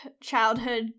childhood